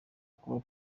kuba